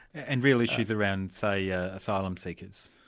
and real issues around, say, yeah asylum seekers.